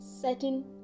setting